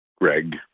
greg